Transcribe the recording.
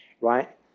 right